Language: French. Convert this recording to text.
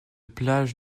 plage